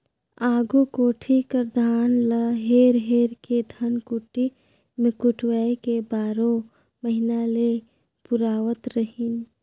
आघु कोठी कर धान ल हेर हेर के धनकुट्टी मे कुटवाए के बारो महिना ले पुरावत रहिन